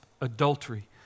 Adultery